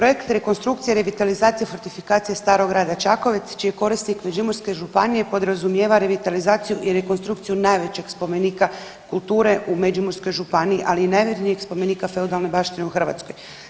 Projekt rekonstrukcije, revitalizacije, fortifikacije Starog grada Čakovec, čiji je korisnik Međimurske županije, podrazumijeva revitalizaciju i rekonstrukciju najvećeg spomenika kulture u Međimurskoj županiji, ali i najvjernijeg spomenika feudalne baštine u Hrvatskoj.